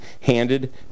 handed